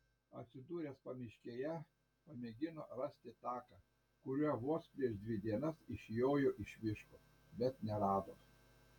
atsidūręs pamiškėje pamėgino rasti taką kuriuo vos prieš dvi dienas išjojo iš miško bet nerado